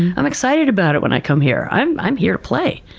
i'm excited about it when i come here. i'm i'm here to play.